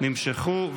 נמשכו.